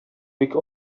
бик